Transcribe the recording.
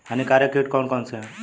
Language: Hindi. हानिकारक कीट कौन कौन से हैं?